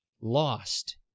lost